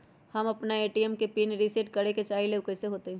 हम अपना ए.टी.एम के पिन रिसेट करे के चाहईले उ कईसे होतई?